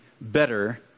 better